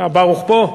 ברוך פה?